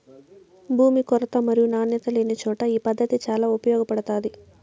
భూమి కొరత మరియు నాణ్యత లేనిచోట ఈ పద్దతి చాలా ఉపయోగపడుతాది